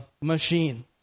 machine